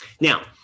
Now